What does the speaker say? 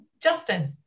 Justin